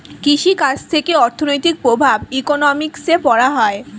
কৃষি কাজ থেকে অর্থনৈতিক প্রভাব ইকোনমিক্সে পড়া হয়